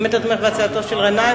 האם אתה תומך בהצעתו של גנאים,